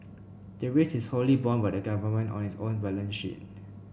the risk is wholly borne by the government on its own balance sheet